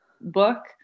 book